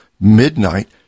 midnight